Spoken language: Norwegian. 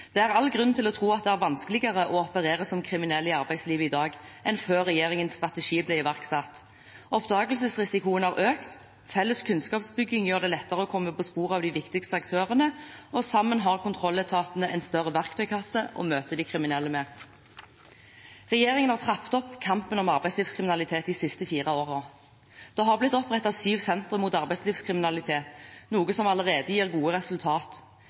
«Det er all grunn til å tro at det er vanskeligere å operere som kriminell i arbeidslivet i dag, enn før regjeringens strategi ble iverksatt. Oppdagelsesrisikoen har økt, felles kunnskapsbygging gjør det lettere å komme på sporet av de viktigste aktørene, og sammen har kontrolletatene en større verktøykasse å møte de kriminelle med.» Regjeringen har trappet opp kampen mot arbeidslivskriminalitet de siste fire årene. Det er blitt opprettet syv sentre mot arbeidslivskriminalitet, noe som allerede gir gode